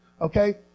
okay